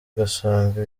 ugasanga